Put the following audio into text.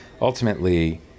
ultimately